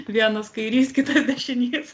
vienas kairys kitas dešinys